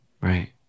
Right